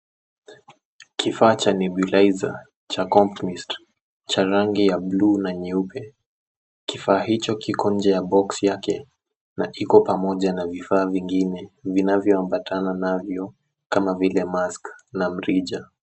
Kifaa cha nebalizer cha CompMist cha rangi ya buluu na nyeupe. Kifaa hicho kiko nje ya boksi yake na kiko pamoja na vifaa vingine vinavyoambatana navyo kama vile mask na mrija.